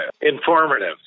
informative